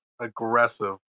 Aggressive